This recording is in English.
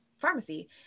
pharmacy